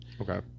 Okay